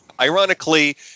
ironically